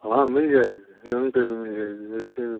हाँ मिल जाएगा लोन पर भी मिल जाएगी वैसे